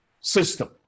system